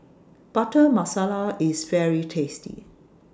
Butter Masala IS very tasty